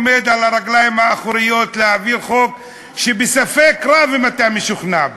עומד על הרגליים האחוריות להעביר חוק שספק רב אם אתה משוכנע בו.